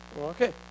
Okay